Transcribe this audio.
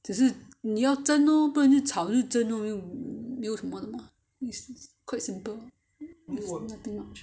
ugh 你要蒸 lor 不然就炒就蒸没有什么的吗 quite simple